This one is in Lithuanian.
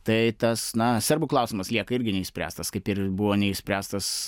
tai tas na serbų klausimas lieka irgi neišspręstas kaip ir buvo neišspręstas